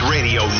Radio